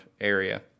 area